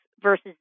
versus